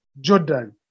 Jordan